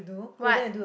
what